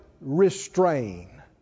restrain